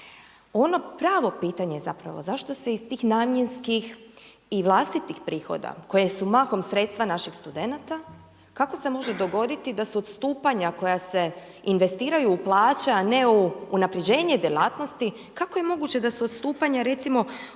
Ono pravo pitanje zapravo je zašto se iz tih namjenskih i vlastitih prihoda koje su mahom sredstva naših studenta, kako se može dogoditi da su odstupanja koja se investiraju u plaće, a ne u unapređenje djelatnosti, kako je moguće da su odstupanja recimo